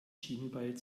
schienbein